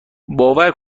باور